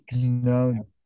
No